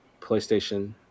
PlayStation